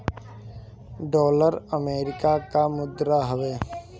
dollar America कअ मुद्रा हवे